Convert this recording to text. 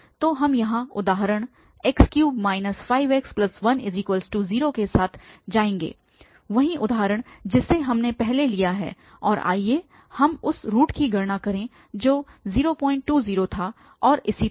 तो हम यहाँ उदाहरण x3 5x10 के साथ जाएंगे वही उदाहरण जिसे हमने पहले लिया है और आइए हम उस रूट की गणना करें जो 020 था और इसी तरह